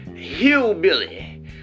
hillbilly